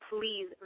please